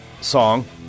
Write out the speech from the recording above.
song